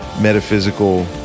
metaphysical